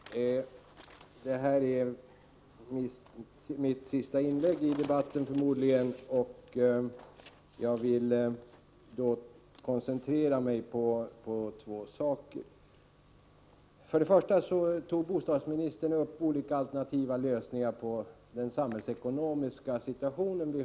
Herr talman! Detta är förmodligen mitt sista inlägg i debatten, och jag vill därför koncentrera mig på två saker. Först och främst tog bostadsministern upp olika alternativa lösningar på den samhällsekonomiska situationen.